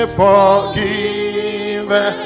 forgive